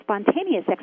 spontaneous